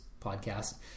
podcast